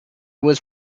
was